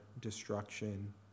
destruction